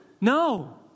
No